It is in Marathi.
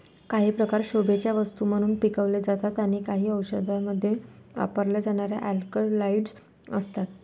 काही प्रकार शोभेच्या वस्तू म्हणून पिकवले जातात आणि काही औषधांमध्ये वापरल्या जाणाऱ्या अल्कलॉइड्स असतात